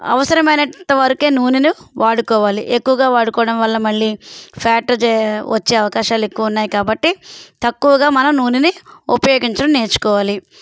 అవసరమైనంత వరకే నూనెను వాడుకోవాలి ఎక్కువగా వాడుకోవడం వల్ల మళ్ళీ ఫ్యాటు చే వచ్చే అవకాశాలు ఎక్కువ ఉన్నాయి కాబట్టి తక్కువగా మనం నూనెని ఉపయోగించడం నేర్చుకోవాలి